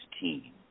team